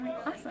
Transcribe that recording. awesome